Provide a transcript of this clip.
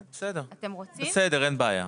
בסדר, אין בעיה.